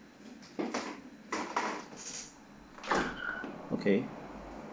okay